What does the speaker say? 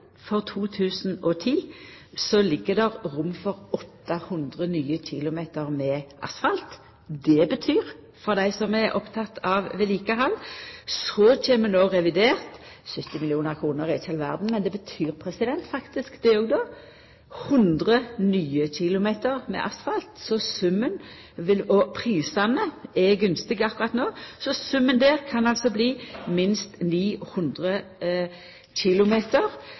for 2010 er rom for 800 nye kilometer med asfalt. Det betyr mykje for dei som er opptekne av vedlikehald. Så kjem det no i revidert 70 mill. kr. Det er ikkje all verda, men det betyr faktisk 100 nye kilometer med asfalt. Og prisane er gunstige akkurat no. Så summen der kan bli minst 900